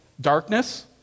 darkness